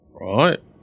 right